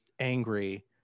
angry